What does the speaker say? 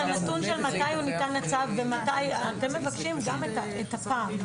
גם את הפער.